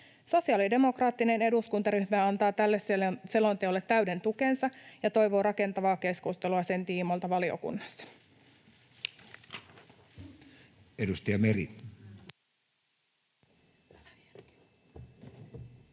Sosiaalidemokraattinen eduskuntaryhmä antaa tälle selonteolle täyden tukensa ja toivoo rakentavaa keskustelua sen tiimoilta valiokunnassa.